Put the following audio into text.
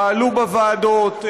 פעלו בוועדות,